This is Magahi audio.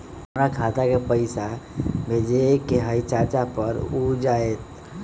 हमरा खाता के पईसा भेजेए के हई चाचा पर ऊ जाएत?